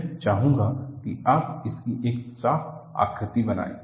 मैं चाहूंगा कि आप इसकी एक साफ आकृति बनाएं